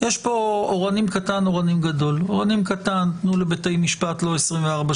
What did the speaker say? יש התערבות של בית משפט.